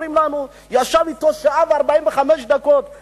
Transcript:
אומרים לנו: ישב אתו שעה ו-45 דקות,